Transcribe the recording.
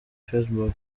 facebook